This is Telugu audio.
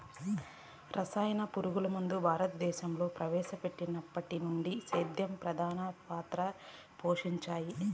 రసాయన పురుగుమందులు భారతదేశంలో ప్రవేశపెట్టినప్పటి నుండి సేద్యంలో ప్రధాన పాత్ర పోషించాయి